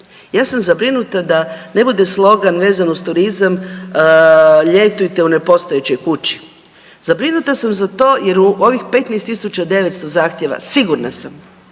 ja sam zabrinuta da ne bude slogan vezan uz turizam, ljetujte u nepostojećoj kući. Zabrinuta sam za to jer u ovih 15.900 zahtjeva sigurna sam